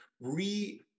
re-